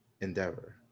Endeavor